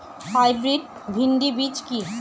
Hybrid ভীন্ডি বীজ কি?